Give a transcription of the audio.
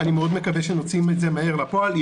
אני מאוד מקווה שנוציא את זה מאוד מהר לפועל.